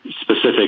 specific